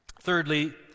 Thirdly